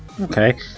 Okay